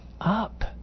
up